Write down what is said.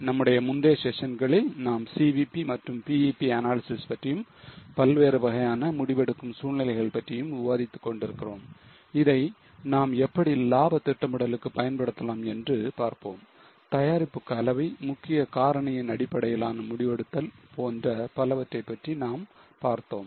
நம்முடைய முந்தைய செஷன்களில் நாம் CVP மற்றும் BEP analysis பற்றியும் பல்வேறு வகையான முடிவெடுக்கும் சூழ்நிலைகள் பற்றியும் விவாதித்துக் கொண்டிருக்கிறோம் இதை நாம் எப்படி லாப திட்டமிடலுக்கு பயன்படுத்தலாம் என்று பார்த்தோம் தயாரிப்பு கலவை முக்கிய காரணியின் அடிப்படையிலான முடிவெடுத்தல் போன்ற பலவற்றை பற்றி நாம் பார்த்தோம்